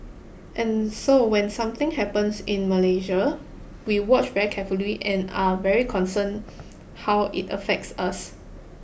and so when something happens in Malaysia we watch very carefully and are very concerned how it affects us